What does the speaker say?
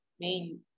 main